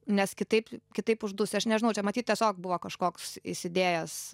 nes kitaip kitaip uždusi aš nežinau čia matyt tiesiog buvo kažkoks įsidėjęs